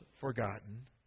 forgotten